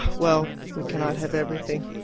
well, we cannot have everything.